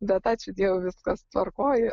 bet ačiū dievui viskas tvarkoj